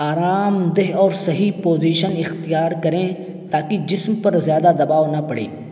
آرام دہ اور صحیح پوزیشن اختیار کریں تاکہ جسم پر زیادہ دباؤ نہ پڑے